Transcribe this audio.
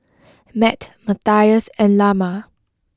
Mat Matthias and Lamar